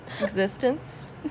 Existence